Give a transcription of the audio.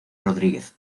rodriguez